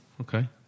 Okay